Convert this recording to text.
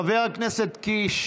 חבר הכנסת קיש,